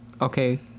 Okay